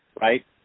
right